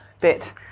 bit